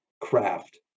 craft